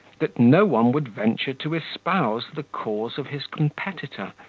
that no one would venture to espouse the cause of his competitor,